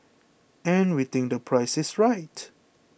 and we think the price is right